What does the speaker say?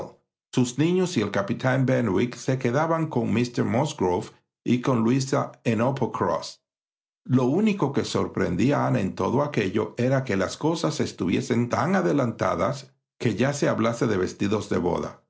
sus niños y el capitán benwick se quedaban con míster musgrove y con luisa en uppercross lo único que sorprendía a ana en todo aquello era que los cosas estuviesen tan adelantadas que ya se hablase de vestidos de boda